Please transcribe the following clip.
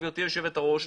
גברתי היושבת ראש,